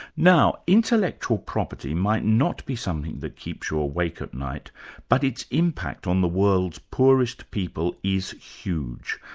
now intellectual property might not be something that keeps you awake at night but its impact on the world's poorest people is huge,